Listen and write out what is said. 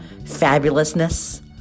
fabulousness